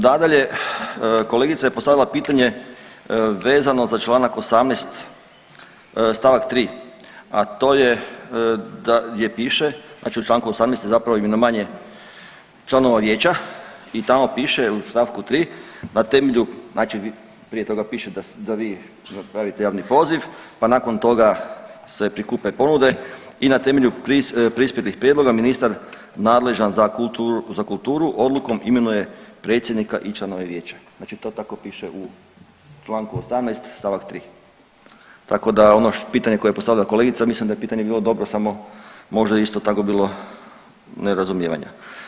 Nadalje, kolegica je postavila pitanje vezano za čl. 18. st. 3., a to je, dalje piše, znači u čl. 18. je zapravo imenovanje članova vijeća i tamo piše u st. 3. na temelju znači prije toga piše da vi napravite javni poziv, pa nakon toga se prikupe ponude i na temelju prispjelih prijedloga ministar nadležan za kulturu odlukom imenuje predsjednika i članove vijeća, znači to tako piše u čl. 18. st. 3., tako da ono pitanje koje je postavila kolegica mislim da je pitanje bilo dobro samo možda je isto tako bilo nerazumijevanja.